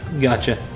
Gotcha